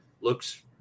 looks